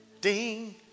ding